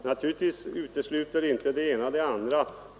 Herr talman! Naturligtvis utesluter inte det ena det andra.